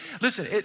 listen